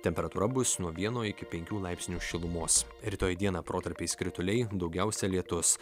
temperatūra bus nuo vieno iki penkių laipsnių šilumos rytoj dieną protarpiais krituliai daugiausia lietus